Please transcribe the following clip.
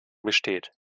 besteht